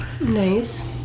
Nice